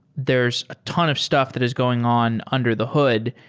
there's a ton of stuff that is going on under the hood.